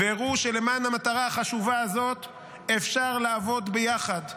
והראו שלמען המטרה החשובה הזאת אפשר לעבוד ביחד.